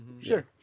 Sure